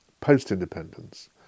post-independence